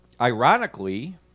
ironically